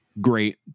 great